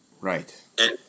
Right